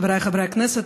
חבריי חברי הכנסת,